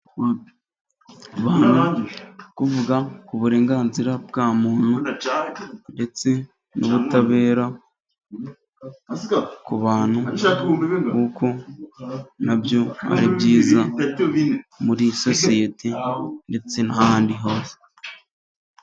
Bari kuvuga ku burenganzira bwa muntu, ndetse n'ubutabera ku bantu kuko na byo ari byiza muri sosiyete ndetse n'ahandi hose.